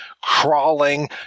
crawling